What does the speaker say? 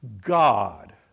God